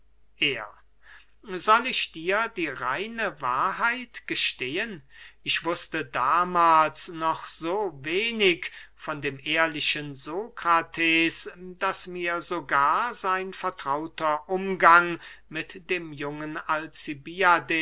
er soll ich dir die reine wahrheit gestehen ich wußte damahls noch so wenig von dem ehrlichen sokrates daß mir sogar sein vertrauter umgang mit dem jungen